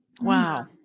Wow